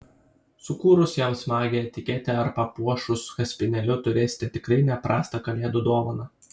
sukūrus jam smagią etiketę ar papuošus kaspinėliu turėsite tikrai ne prastą kalėdų dovaną